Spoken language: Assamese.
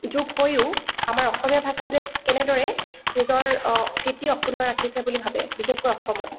যোগ হৈও আমাৰ অসমীয়া ভাষাটোৱে কেনেদৰে নিজৰ স্থিতি অক্ষুন্ন ৰাখিছে বুলি ভাৱে বিশেষকৈ অসমত